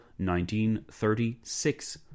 1936